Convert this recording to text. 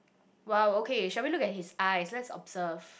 !wow! okay shall we look at his eyes let's observe